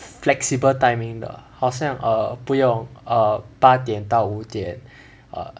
flexible timing 的好像 err 不用 err 八点到五点 err